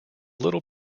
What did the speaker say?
little